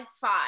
five